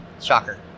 Shocker